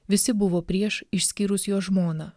visi buvo prieš išskyrus jo žmoną